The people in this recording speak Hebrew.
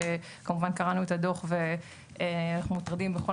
שכמובן קראנו את הדוח ואנחנו מוטרדים בכל